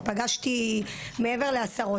אני פגשתי מעבר לעשרות,